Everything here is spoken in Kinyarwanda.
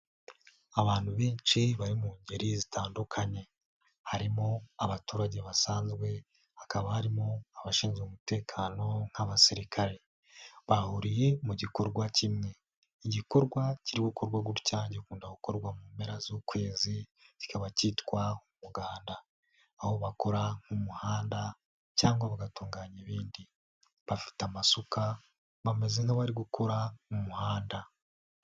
Abantu benshi bari mu ngeri zitandukanye, harimo abaturage basanzwe hakaba harimo abashinzwe umutekano nk'abasirikare, bahuriye mu gikorwa kimwe igikorwa kiri gukorwa gutya, gikunda gukorwa mu mpera z'ukwezi, kikaba kitwa umuganda. Aho bakora nk'umuhanda cyangwa bagatunganya ibindi, bafite amasuka bameze nk'abari gukora mu muhanda.